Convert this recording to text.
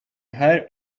hire